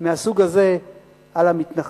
מהסוג הזה על המתנחלים.